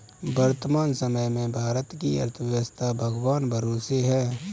वर्तमान समय में भारत की अर्थव्यस्था भगवान भरोसे है